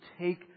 take